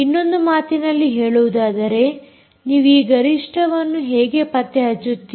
ಇನ್ನೊಂದು ಮಾತಿನಲ್ಲಿ ಹೇಳುವುದಾದರೆ ನೀವು ಈ ಗರಿಷ್ಠವನ್ನು ಹೇಗೆ ಪತ್ತೆ ಹಚ್ಚುತ್ತೀರಿ